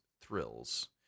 thrills